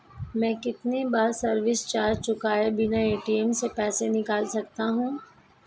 मैं कितनी बार सर्विस चार्ज चुकाए बिना ए.टी.एम से पैसे निकाल सकता हूं?